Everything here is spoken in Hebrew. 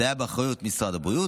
זה היה באחריות משרד הבריאות,